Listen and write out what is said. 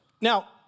Now